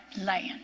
land